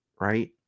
right